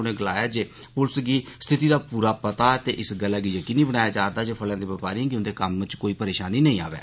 उनें गलाया जे पुलस गी स्थिति दा पूरा पता ते इस गल्लै गी यकीनी बनाया जा'रदा ऐ जे फलें दे बपारियें गी उन्दे कम्म च कोई परेशानी नेई आवै